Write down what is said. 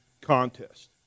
contest